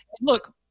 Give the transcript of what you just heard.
look